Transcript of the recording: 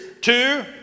Two